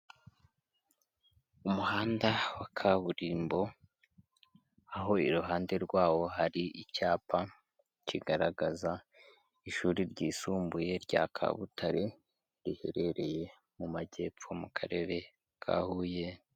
Umuhanda wa kaburimbo aho iruhande rwawo hari icyapa kigaragaza ishuri ryisumbuye rya Kabutare riherereye mu majyepfo mu karere ka Huye.